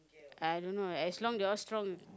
I don't know as long you all strong